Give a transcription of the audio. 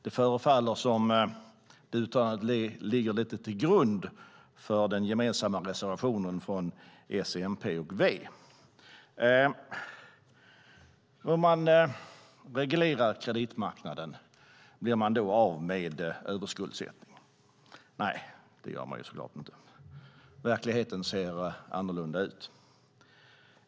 Det förefaller som om uttalandet ligger lite till grund för den gemensamma reservationen från S, MP och V. Om vi reglerar kreditmarknaden, blir vi då av med överskuldsättningen? Nej, såklart inte. Verkligheten ser annorlunda ut.